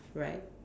right